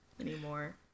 anymore